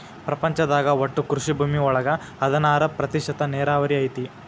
ಪ್ರಪಂಚದಾಗ ಒಟ್ಟು ಕೃಷಿ ಭೂಮಿ ಒಳಗ ಹದನಾರ ಪ್ರತಿಶತಾ ನೇರಾವರಿ ಐತಿ